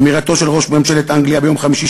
אמירתו של ראש ממשלת אנגליה ביום חמישי